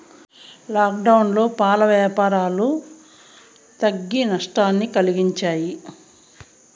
లాక్డౌన్లో పాల యాపారాలు తగ్గి నట్టాన్ని కలిగించాయి